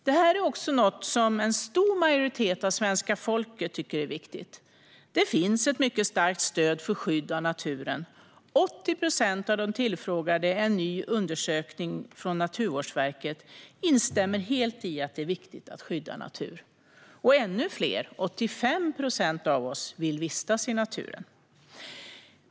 Detta är också något som en stor majoritet av svenska folket tycker är viktigt. Det finns ett mycket starkt stöd för skydd av naturen. I en ny undersökning av Naturvårdsverket instämmer 80 procent av de tillfrågade helt i att det är viktigt att skydda natur. Och ännu fler, 85 procent av oss, vill vistas i naturen.